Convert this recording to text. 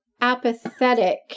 apathetic